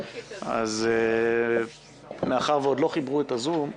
אז מאחר שעוד לא חיברו את הזום,